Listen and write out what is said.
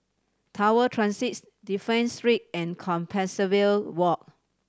Tower Transit Dafne Street and Compassvale Walk